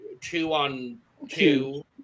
two-on-two